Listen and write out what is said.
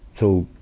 so,